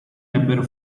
ebbero